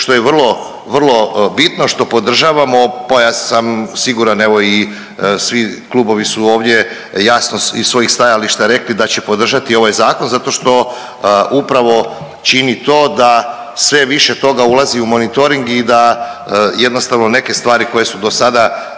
što je vrlo, vrlo bitno, što podržavamo pa sam siguran evo i svi klubovi su ovdje jasno iz svojih stajališta rekli da će podržati ovaj Zakon zato što upravo čini to da sve više toga ulazi u monitoring i da jednostavno neke stvari koje su do sada